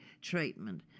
treatment